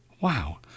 Wow